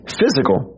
physical